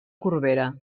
corbera